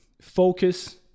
focus